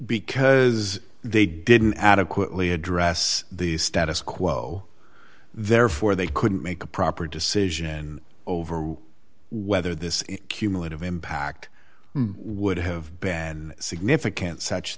because they didn't adequately address the status quo therefore they couldn't make a proper decision over whether this cumulative impact would have been significant such